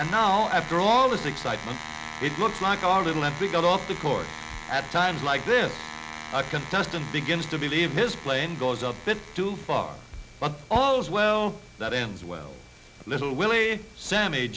and now after all this excitement it looks like our little entry got off the court at times like this a contestant begins to believe his plane goes up it too far but all's well that ends well little willie sammy